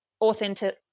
authentic